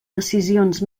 decisions